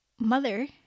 mother